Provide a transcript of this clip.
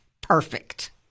perfect